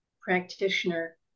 practitioner